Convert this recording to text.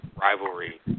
Rivalry